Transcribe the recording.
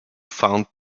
found